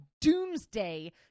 doomsday